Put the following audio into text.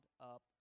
up